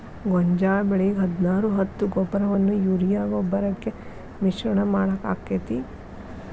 ಗೋಂಜಾಳ ಬೆಳಿಗೆ ಹದಿನಾರು ಹತ್ತು ಗೊಬ್ಬರವನ್ನು ಯೂರಿಯಾ ಗೊಬ್ಬರಕ್ಕೆ ಮಿಶ್ರಣ ಮಾಡಾಕ ಆಕ್ಕೆತಿ?